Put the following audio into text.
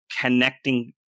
connecting